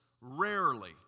rarely